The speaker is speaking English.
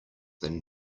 than